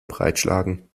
breitschlagen